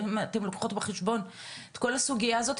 אתן לוקחות בחשבון את כל הסוגיה הזאת,